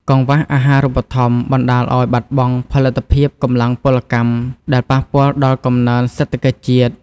កង្វះអាហារូបត្ថម្ភបណ្តាលឱ្យបាត់បង់ផលិតភាពកម្លាំងពលកម្ម ដែលប៉ះពាល់ដល់កំណើនសេដ្ឋកិច្ចជាតិ។